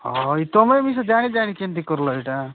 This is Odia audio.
ହଁ ଏଇ ତମେ ମିଶା ଜାଣି ଜାଣିି କେମିତି କରିଲ ଏଇଟା